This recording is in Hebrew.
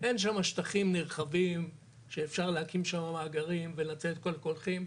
אין שם שטחים נרחבים שאפשר להקים שם מאגרים ולצאת עם כל הקולחים.